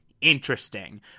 interesting